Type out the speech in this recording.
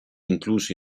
inclusi